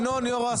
ינון ראש הסיעה.